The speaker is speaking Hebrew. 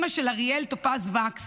אימא של אריאל טופז וקס,